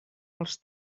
els